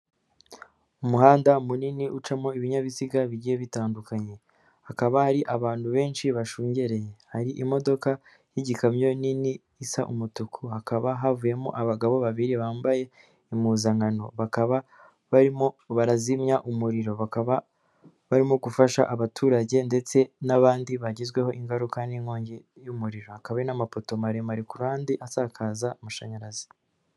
Umuhanda munini ucamo ibinyabiziga bigiye bitandukanye, hakaba hari abantu benshi bashungereye, hari imodoka y'igikamyo nini isa umutuku, hakaba havuyemo abagabo babiri bambaye impuzankano, bakaba barimo barazimya umuriro, bakaba barimo gufasha abaturage ndetse n'abandi bagizweho ingaruka n'inkongi y'umuriro, hakaba hari n'amapoto maremare ku ruhande asakaza amashanyarazi.